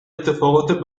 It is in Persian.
اتفاقات